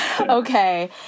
Okay